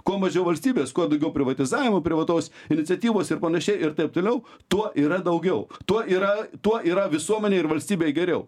kuo mažiau valstybės kuo daugiau privatizavimo privataus iniciatyvos ir panašiai ir taip toliau tuo yra daugiau tuo yra tuo yra visuomenei ir valstybei geriau